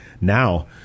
Now